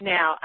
Now